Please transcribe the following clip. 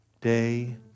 day